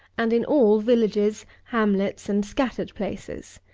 and in all villages, hamlets, and scattered places.